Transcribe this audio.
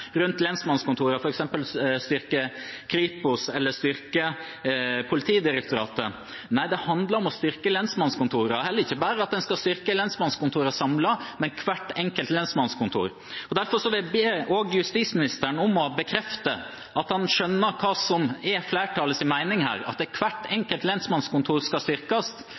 rundt lensmannskontorene, f.eks. Kripos eller Politidirektoratet. Nei, det handler om å styrke lensmannskontorene – ikke bare at en skal styrke lensmannskontorene samlet, men hvert enkelt lensmannskontor. Derfor vil jeg be justisministeren om å bekrefte at han skjønner hva som er flertallets mening her – at hvert enkelt lensmannskontor skal styrkes,